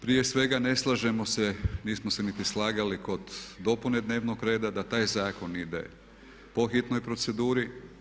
Prije svega ne slažemo se, nismo se niti slagali kod dopune dnevnog reda da taj zakon ide po hitnoj proceduri.